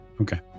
Okay